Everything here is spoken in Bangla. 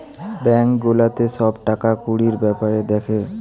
বেঙ্ক গুলাতে সব টাকা কুড়ির বেপার দ্যাখে